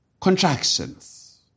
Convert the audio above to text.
contractions